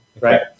right